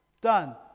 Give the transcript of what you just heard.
Done